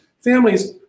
families